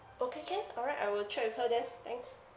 okay can all right I will check with her then thanks